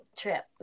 trip